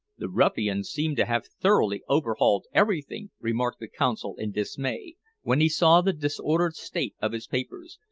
the ruffians seem to have thoroughly overhauled everything, remarked the consul in dismay when he saw the disordered state of his papers.